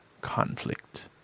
conflict